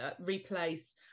replace